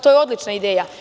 To je odlična ideja.